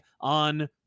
on